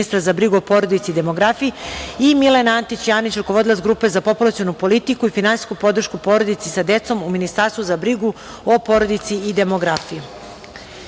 ministra za brigu o porodici i demografiji i Milena Antić Janić, rukovodilac Grupe za populacionu politiku i finansijsku podršku porodici sa decom u Ministarstvu za brigu o porodici i demografiji. Primili